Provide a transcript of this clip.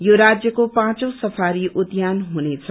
यो राज्यको पाँचौ सफारी उध्यान हुनेछ